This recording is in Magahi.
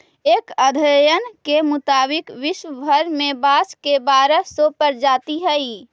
एक अध्ययन के मुताबिक विश्व भर में बाँस के बारह सौ प्रजाति हइ